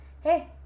Hey